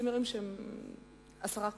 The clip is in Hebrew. כצימרים של עשרה כוכבים.